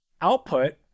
output